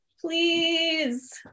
please